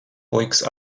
pliks